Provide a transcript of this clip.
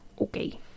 Okay